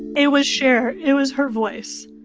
it was cher. it was her voice.